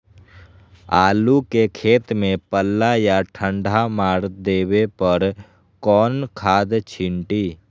आलू के खेत में पल्ला या ठंडा मार देवे पर कौन खाद छींटी?